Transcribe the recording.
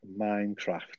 Minecraft